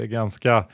ganska